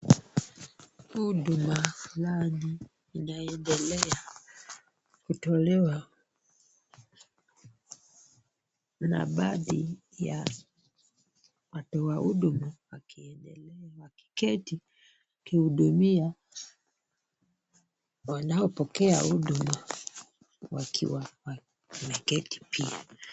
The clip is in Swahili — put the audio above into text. Huduma fulani inayoendelea kutolewa na baadhi ya watoa huduma wakiketi kuhudumia wanaopokea huduma wakiwa wanapokea huduma.